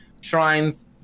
shrines